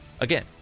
Again